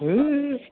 হুই